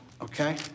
okay